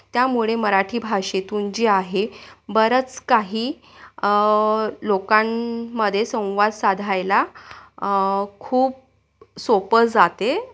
त्यामुळे मराठी भाषेतून जी आहे बरंच काही लोकांमध्ये संवाद साधायला खूप सोपं जाते